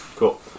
Cool